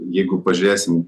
jeigu pažiūrėsim